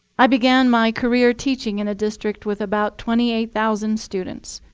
i began my career teaching in a district with about twenty eight thousand students.